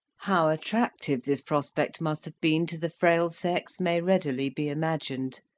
how attractive this prospect must have been to the frail sex may readily be imagined.